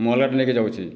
ମୁଁ ଅଲଗାଟେ ନେଇକି ଯାଉଛି